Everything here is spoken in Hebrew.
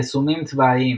יישומים צבאיים